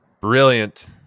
brilliant